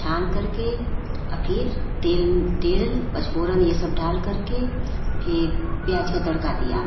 छानकर के आ फिर तेल तेल पचफोरन यह सब डालकर के फिर प्याज का तड़का दिया